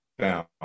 down